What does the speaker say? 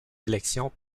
élections